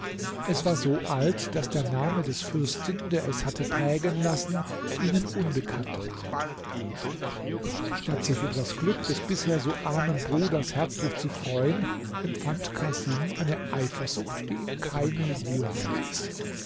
es war so alt daß der name des fürsten der es hatte prägen lassen ihnen unbekannt war statt sich über das glück des bisher so armen bruders herzlich zu freuen empfand casim eine eifersucht die ihm keine ruhe mehr ließ